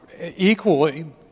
equally